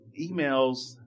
emails